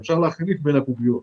אפשר להחליף בין הקוביות,